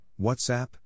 WhatsApp